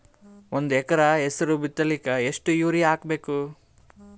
ಒಂದ್ ಎಕರ ಹೆಸರು ಬಿತ್ತಲಿಕ ಎಷ್ಟು ಯೂರಿಯ ಹಾಕಬೇಕು?